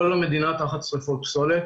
כל המדינה תחת שריפות פסולת"